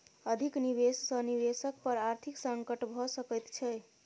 अधिक निवेश सॅ निवेशक पर आर्थिक संकट भ सकैत छै